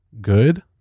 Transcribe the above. good